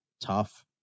tough